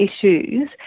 issues